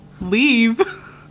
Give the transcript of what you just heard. leave